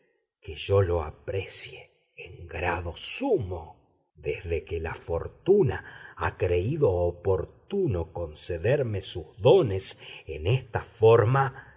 que yo lo aprecie en grado sumo desde que la fortuna ha creído oportuno concederme sus dones en esta forma